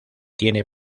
tiene